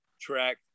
track